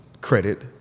credit